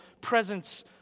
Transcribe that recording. presence